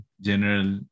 general